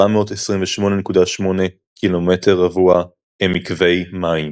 ו-428.8 קמ"ר הם מקווי מים.